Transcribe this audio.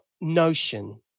notion